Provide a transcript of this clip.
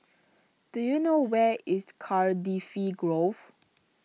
do you know where is Cardifi Grove